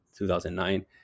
2009